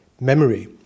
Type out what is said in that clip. memory